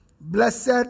blessed